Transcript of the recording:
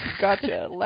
Gotcha